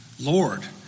Lord